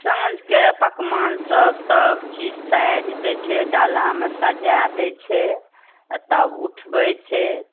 साँझके पकवानसब सबचीज साजि दै छै डालामे सजा दै छै तब उठबै छै